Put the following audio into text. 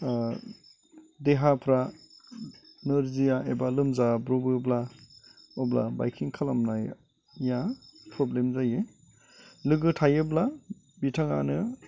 देहाफोरा नोरजिया एबा लोमजाब्र'बोब्ला अब्ला बायकिं खालामनाया प्र'ब्लेम जायो लोगो थायोब्ला बिथांआनो